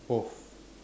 both